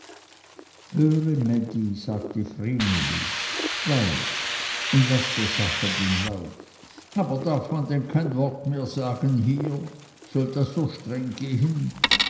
höre mädi sagte vreneli schweig und laß der sache den lauf aber darf man dann kein wort mehr sagen hier soll das so streng gehen